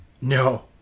No